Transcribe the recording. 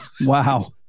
Wow